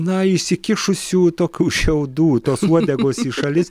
na išsikišusių tokių šiaudų tos uodegos į šalis